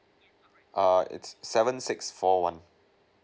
err it's seven six four one